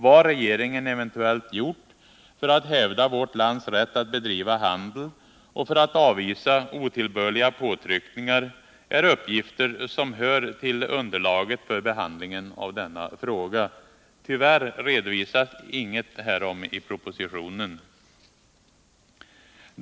Vad regeringen eventuellt gjort för att hävda vårt lands rätt att bedriva handel och för att avvisa otillbörliga påtryckningar, är uppgifter som hör till underlaget för behandlingen av denna fråga. Tyvärr redovisas inget härom i propositionen.